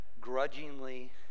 grudgingly